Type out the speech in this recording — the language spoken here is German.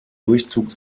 durchzug